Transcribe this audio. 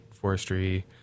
forestry